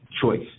choice